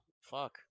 fuck